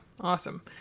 awesome